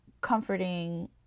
comforting